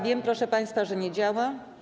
Wiem, proszę państwa, że nie działa.